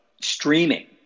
streaming